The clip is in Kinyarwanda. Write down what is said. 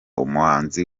umuhanzi